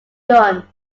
done